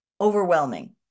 overwhelming